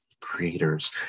creators